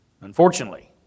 Unfortunately